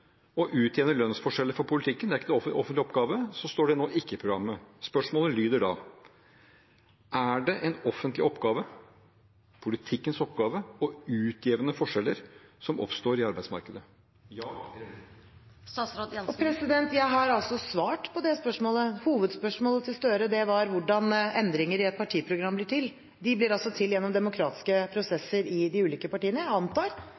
å utjevne lønnsforskjeller, at det ikke er en offentlig oppgave, så står det nå ikke i programmet. Spørsmålet lyder da: Er det en offentlig oppgave, politikkens oppgave, å utjevne forskjeller som oppstår i arbeidsmarkedet? Ja eller nei? Jeg har svart på det spørsmålet. Hovedspørsmålet til Gahr Støre var hvordan endringer i et partiprogram blir til. De blir til gjennom demokratiske prosesser i de ulike partiene. Jeg antar